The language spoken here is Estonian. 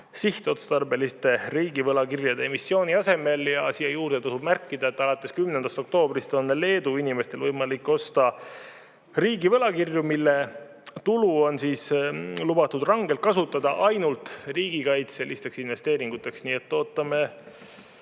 sihtotstarbeliste riigi võlakirjade emissiooni asemel. Siia juurde tasub märkida, et alates 10. oktoobrist on Leedu inimestel võimalik osta riigi võlakirju, mille tulu on lubatud rangelt kasutada ainult riigikaitselisteks investeeringuteks. Nii et ootame